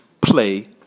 play